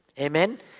Amen